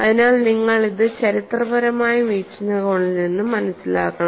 അതിനാൽ നിങ്ങൾ ഇത് ചരിത്രപരമായ വീക്ഷണകോണിൽ നിന്ന് മനസിലാക്കണം